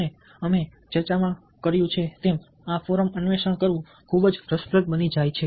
અને અમે ચર્ચામાં કર્યું છે તેમ આ ફોરમ અન્વેષણ કરવું ખૂબ જ રસપ્રદ બની જાય છે